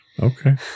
Okay